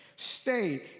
Stay